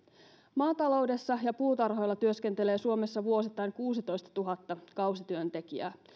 maataloudessa ja puutarhoilla työskentelee suomessa vuosittain kuusitoistatuhatta kausityöntekijää